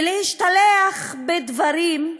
ולהשתלח בדברים,